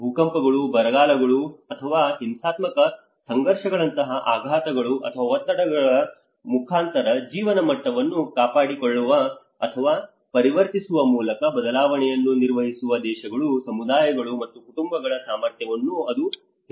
ಭೂಕಂಪಗಳು ಬರಗಾಲಗಳು ಅಥವಾ ಹಿಂಸಾತ್ಮಕ ಸಂಘರ್ಷಗಳಂತಹ ಆಘಾತಗಳು ಅಥವಾ ಒತ್ತಡಗಳ ಮುಖಾಂತರ ಜೀವನ ಮಟ್ಟವನ್ನು ಕಾಪಾಡಿಕೊಳ್ಳುವ ಅಥವಾ ಪರಿವರ್ತಿಸುವ ಮೂಲಕ ಬದಲಾವಣೆಯನ್ನು ನಿರ್ವಹಿಸುವ ದೇಶಗಳು ಸಮುದಾಯಗಳು ಮತ್ತು ಕುಟುಂಬಗಳ ಸಾಮರ್ಥ್ಯವನ್ನು ಅದು ಹೇಳುತ್ತದೆ